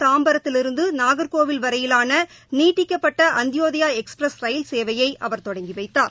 தாம்பரத்திலிருந்து சென்னை நாகர்கோவில் வரையிலான நீட்டிக்கப்பட்ட அந்த்யோத்யா எக்ஸ்பிரஸ் ரயில் சேவையை அவர் தொடங்கி வைத்தார்